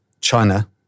China